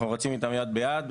אנחנו רצים איתם יד ביד.